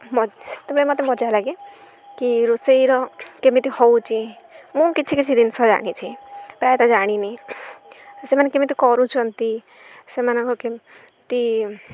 ମୋତେ ସେତେବେଳେ ମୋତେ ମଜା ଲାଗେ କି ରୋଷେଇର କେମିତି ହେଉଛି ମୁଁ କିଛି କିଛି ଜିନିଷ ଜାଣିଛି ପ୍ରାୟତଃ ଜାଣିନି ସେମାନେ କେମିତି କରୁଛନ୍ତି ସେମାନଙ୍କ କେମିତି